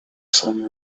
some